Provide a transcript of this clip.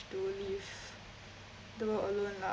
to leave the world alone lah